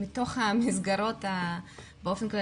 מתוך המסגרות באופן כללי,